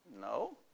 No